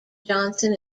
johnson